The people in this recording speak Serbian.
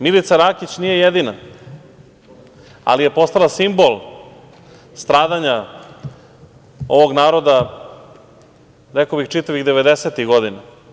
Milica Rakić nije jedina, ali je postala simbol stradanja ovog naroda, rekao bih čitavih devedesetih godina.